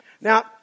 Now